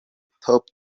top